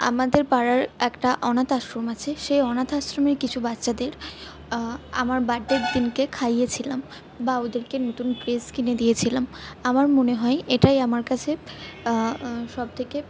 আমাদের পাড়ার একটা অনাথ আশ্রম আছে সেই অনাথ আশ্রমে কিছু বাচ্চাদের আমার বার্থডের দিনকে খাইয়েছিলাম বা ওদেরকে নতুন ড্রেস কিনে দিয়েছিলাম আমার মনে হয় এটাই আমার কাছে সবথেকে